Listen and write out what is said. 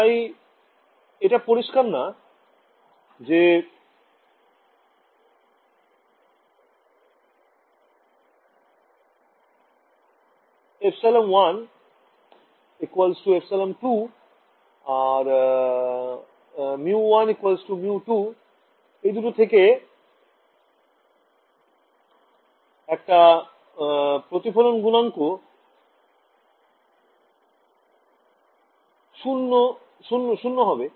তাই এটা পরিস্কার না যে ε1 ε2 μ1 μ2 থেকে একটা প্রতিফলন গুনাঙ্ক০ হবে